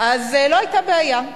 לא היתה בעיה,